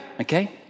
okay